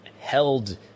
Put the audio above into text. held